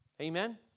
Amen